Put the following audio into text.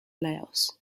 laos